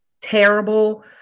terrible